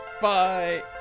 Bye